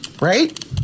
Right